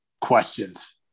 questions